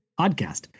Podcast